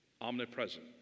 omnipresent